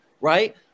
right